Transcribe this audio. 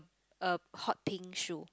a hot pink shoe